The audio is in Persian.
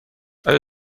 آیا